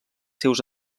seus